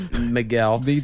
miguel